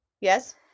Yes